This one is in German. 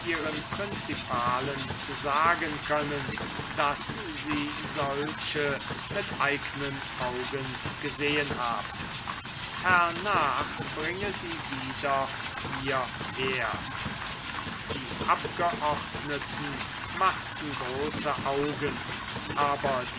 principalen sagen können daß sie solche mit eignen augen gesehen haben hernach bringe sie wieder hieher die abgeordneten machten große augen aber